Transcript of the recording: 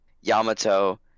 Yamato